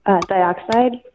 dioxide